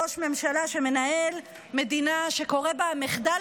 ראש ממשלה שמנהל מדינה שקורה בה המחדל